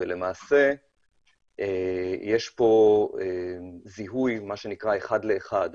למעשה יש כאן זיהוי מה שנקרא אחד לאחד,